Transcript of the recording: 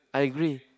I agree